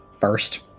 first